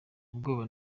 ubwoba